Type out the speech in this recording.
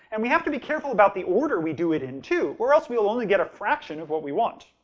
and we have to be careful about the order we do it in, too, or else we'll only get a fraction of what we want.